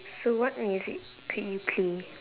so what music could you play